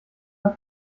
ein